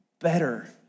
better